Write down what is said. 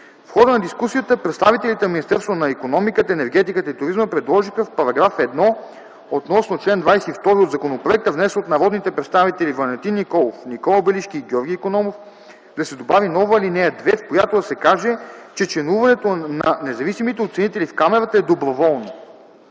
В хода на дискусията представителите на Министерството на икономиката, енергетиката и туризма предложиха в § 1 относно чл. 22 от законопроекта, внесен от народните представители Валентин Николов, Никола Белишки и Георги Икономов, да се добави нова ал. 2, в която да се каже, че членуването на независимите оценители в камарата е доброволно.